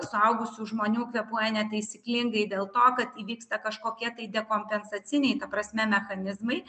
suaugusių žmonių kvėpuoja netaisyklingai dėl to kad įvyksta kažkokie tai dekompensacinei ta prasme mechanizmai